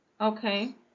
Okay